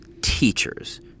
teachers